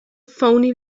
phoney